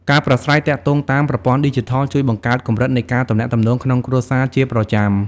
ការប្រាស្រ័យទាក់ទងតាមប្រព័ន្ធឌីជីថលជួយបង្កើតកម្រិតនៃការទំនាក់ទំនងក្នុងគ្រួសារជាប្រចាំ។